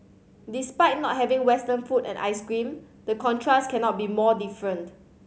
despite not having Western food and ice cream the contrast cannot be more different